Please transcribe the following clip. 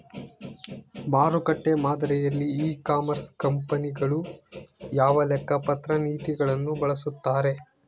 ಮಾರುಕಟ್ಟೆ ಮಾದರಿಯಲ್ಲಿ e commerce ಕಂಪನಿಗಳು ಯಾವ ಲೆಕ್ಕಪತ್ರ ನೇತಿಗಳನ್ನು ಬಳಸುತ್ತಾರೆ?